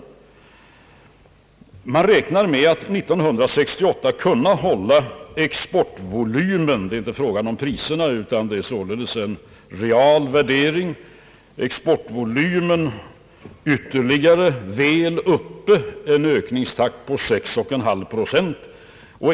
Prognoserna innebär att exportvolymen under 1968 — det är inte fråga om priserna utan om en real värdering — hålles ytterligare väl uppe, med en ökningstakt på 6,5 procent.